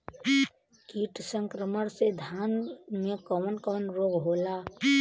कीट संक्रमण से धान में कवन कवन रोग होला?